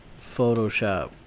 Photoshop